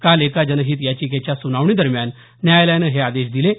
काल एका जनहित याचिकेच्या सुनावणीदरम्यान न्यायालयानं हे आदेश दिले आहेत